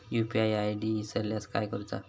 UPI ID इसरल्यास काय करुचा?